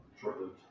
short-lived